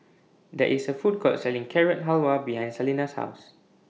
There IS A Food Court Selling Carrot Halwa behind Salena's House